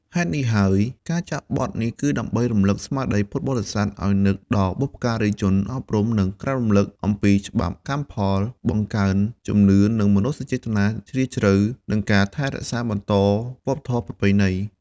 ហេតុនេះហើយការចាក់បទនេះគឺដើម្បី រំឭកស្មារតីពុទ្ធបរិស័ទឲ្យនឹកដល់បុព្វការីជន អប់រំ និងក្រើនរំឭកអំពីច្បាប់កម្មផល បង្កើនជំនឿ និងមនោសញ្ចេតនាជ្រាលជ្រៅ និងការថែរក្សាបន្តវប្បធម៌ប្រពៃណី។